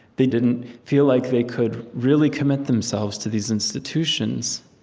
they didn't feel like they could really commit themselves to these institutions,